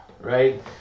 right